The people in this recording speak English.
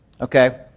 okay